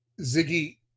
Ziggy